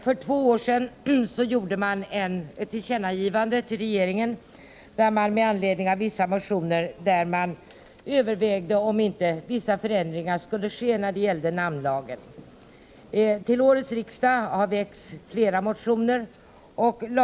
För två år sedan gjorde utskottet ett tillkännagivande till regeringen med anledning av att det i Till årets riksmöte har det väckts flera motioner i denna fråga.